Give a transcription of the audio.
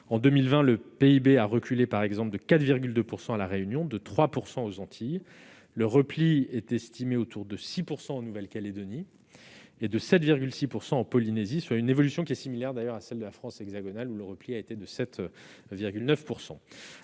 En 2020, le PIB a ainsi reculé de 4,2 % à La Réunion et de 3 % aux Antilles. Le repli est estimé autour de 6 % en Nouvelle-Calédonie et à 7,6 % en Polynésie, soit une évolution similaire d'ailleurs à celle de la France hexagonale, où le repli a été de 7,9 %.